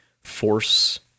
force